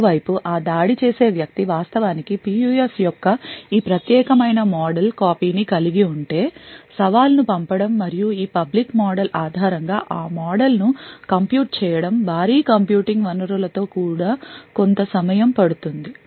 మరోవైపు ఆ దాడి చేసే వ్యక్తి వాస్తవానికి PUF యొక్క ఈ ప్రత్యేకమైన మోడల్ కాపీని కలిగి ఉంటే సవాలును పంపడం మరియు ఈ పబ్లిక్ మోడల్ ఆధారం గా మోడల్ను కంప్యూట్ చేయడం భారీ కంప్యూటింగ్ వనరులతో కూడా కొంత సమయం పడుతుంది